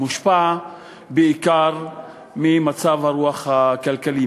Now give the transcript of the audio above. מושפע בעיקר ממצב הרוח הכלכלי,